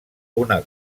una